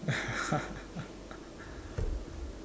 ya